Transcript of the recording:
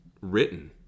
written